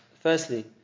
firstly